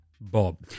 Bob